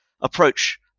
approach